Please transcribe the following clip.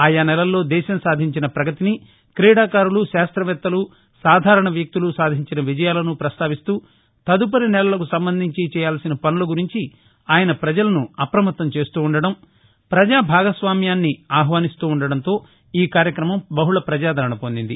ఆయా నెలల్లో దేశం సాధించిన పగతిని క్రీడాకారులు శాస్త్రవేత్తలు సాధారణ వ్యక్తులు సాధించిన విజయాలను పస్తావిస్తూ తదుపరి నెలలకు సంబంధించి చేయాల్సిన పనుల గురించి ఆయన ప్రపజలను అప్పమత్తం చేస్తూ వుందడం ప్రజా భాగస్వామ్యాన్ని ఆహ్వానిస్తూ ఉండడంతో ఈ కార్యక్రమం బహుళ ప్రజాదరణ పొందింది